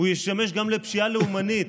הוא ישמש גם לפשיעה לאומנית.